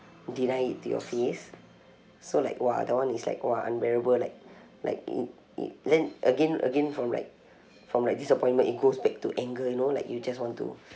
deny it to your face so like !wah! that one is like !wah! unbearable like like it it then again again from like from like disappointment it goes back to anger you know like you just want to